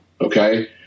okay